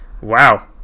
Wow